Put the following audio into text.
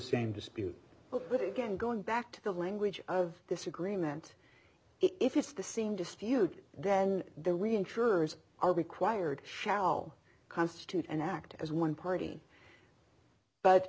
same dispute with again going back to the language of this agreement if it's the same dispute then the reinsurers are required shall constitute an act as one party but